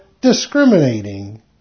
discriminating